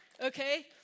Okay